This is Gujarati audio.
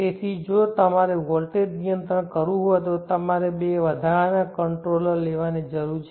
તેથી જો તમારે વોલ્ટેજ નિયંત્રણ કરવું હોય તો તમારે બે વધારાના કંટ્રોલર લેવાની જરૂર છે